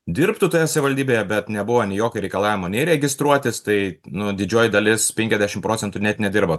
dirbtų toje savivaldybėje bet nebuvo nei jokio reikalavimo nei registruotis tai nu didžioji dalis penkiasdešimt procentų net nedirbo